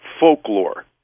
folklore